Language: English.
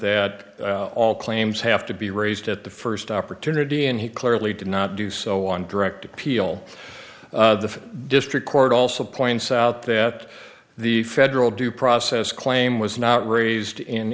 that all claims have to be raised at the first opportunity and he clearly did not do so on direct appeal the district court also points out that the federal due process claim was not raised in